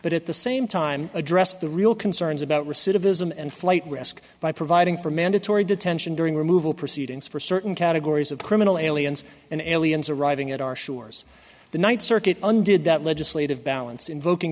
but at the same time address the real concerns about recidivism and flight risk by providing for mandatory detention during removal proceedings for certain categories of criminal aliens an alien's arriving at our shores the ninth circuit undid that legislative balance invok